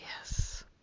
Yes